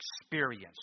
experience